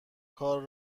کار